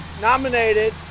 nominated